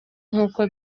nk’uko